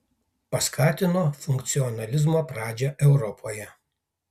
paskatino funkcionalizmo pradžią europoje